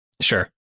Sure